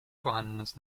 vorhandenes